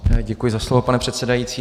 Děkuji za slovo, pane předsedající.